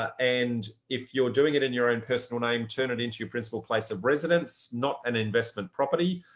and if you're doing it in your own personal name, turn it into your principal place of residence, not an investment property.